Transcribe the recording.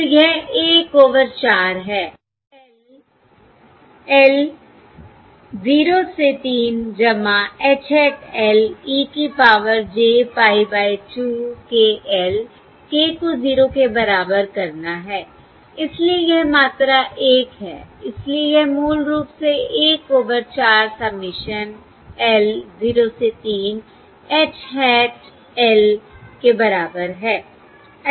तो यह 1 ओवर 4 है l 0 से 3 जमा H hat l e की power j pie by 2 k l k को 0 के बराबर करना है इसलिए यह मात्रा 1 है इसलिए यह मूल रूप से 1 ओवर 4 सबमिशन l 0 से 3 H hat l के बराबर है